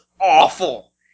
awful